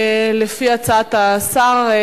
לפי הצעת השר,